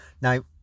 Now